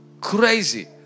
crazy